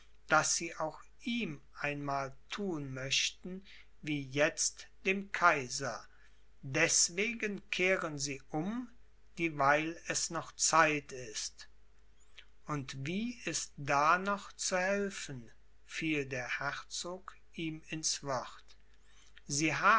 daß sie auch ihm einmal thun möchten wie jetzt dem kaiser deßwegen kehren sie um dieweil es noch zeit ist und wie ist da noch zu helfen fiel der herzog ihm ins wort sie